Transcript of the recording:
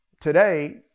today